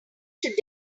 should